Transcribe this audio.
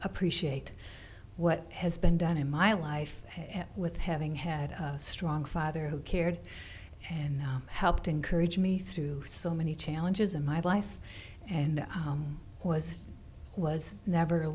appreciate what has been done in my life with having had a strong father who cared and helped encourage me through so many challenges in my life and was was never